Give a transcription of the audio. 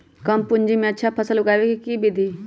कम पूंजी में अच्छा फसल उगाबे के विधि बताउ?